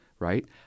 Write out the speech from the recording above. right